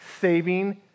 saving